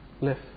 live